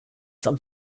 some